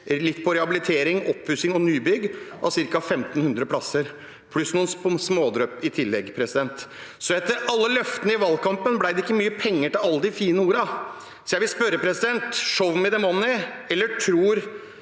litt til rehabilitering, oppussing og nybygg av ca. 1 500 plasser, pluss litt smådrypp i tillegg. Etter alle løftene i valgkampen ble det ikke mye penger til alle de fine ordene. Så jeg vil si: «Show me the money!» Eller tror